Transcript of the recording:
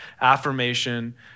affirmation